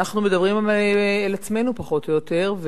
אנחנו מדברים אל עצמנו פחות או יותר,